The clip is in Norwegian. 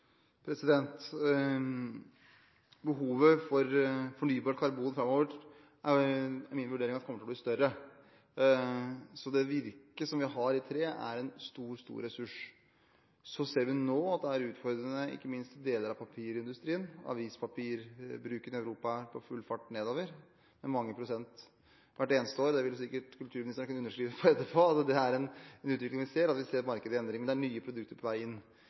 det virket vi har i tre, er en stor, stor ressurs. Så ser vi nå at det er utfordrende, ikke minst i deler av papirindustrien. Avispapirbruken i Europa er på full fart nedover med mange prosent hvert år. Vi ser en utvikling med et marked i endring, men det er nye produkter på vei inn. Det gjør at man nå er i en litt krevende situasjon når det gjelder avsetningen på en